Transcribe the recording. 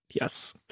yes